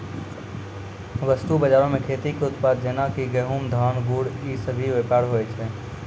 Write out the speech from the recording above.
वस्तु बजारो मे खेती के उत्पाद जेना कि गहुँम, धान, गुड़ इ सभ के व्यापार होय छै